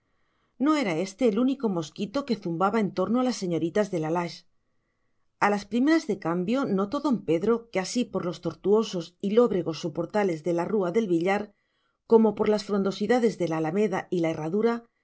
no era éste el único mosquito que zumbaba en torno de las señoritas de la lage a las primeras de cambio notó don pedro que así por los tortuosos y lóbregos soportales de la rúa del villar como por las frondosidades de la alameda y la herradura